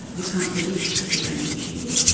you can't predict that you're going to achieve it,